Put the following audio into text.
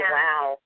wow